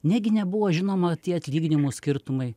negi nebuvo žinoma tie atlyginimų skirtumai